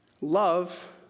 Love